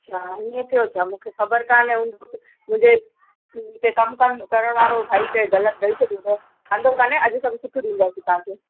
अच्छा ईअं थियो छा मूंखे ख़बर कोन्हे उहो मुंहिंजे इते कमु कंद करणु वारो भाई त ग़लति ॾेई छॾियो अथव वांदो कोन्हे अॼु सभु सुठी ॾींदासीं तव्हांखे